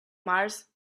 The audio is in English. mars